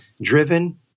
driven